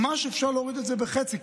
ממש אפשר להוריד את זה בחצי,